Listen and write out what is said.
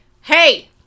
Hey